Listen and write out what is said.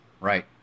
Right